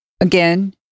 again